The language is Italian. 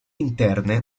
interne